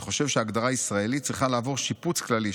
אני חושב שההגדרה הישראלית צריכה לעבור שיפוץ כללי,